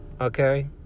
okay